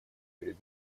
перед